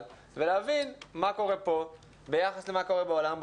ולהבין מה קורה פה ביחס למה קורה בעולם.